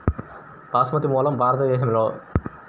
బాస్మతి మూలం భారతదేశంలోనా?